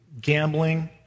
gambling